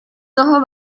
toho